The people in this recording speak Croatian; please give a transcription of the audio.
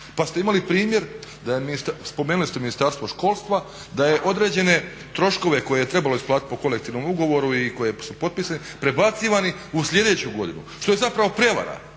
Pa ste imali primjer da je ministarstvo, spomenuli ste Ministarstvo školstva da je određene troškove koje je trebalo isplatiti po kolektivnom ugovoru i koje su potpisane prebacivani u sljedeću godinu, što je zapravo prijevara,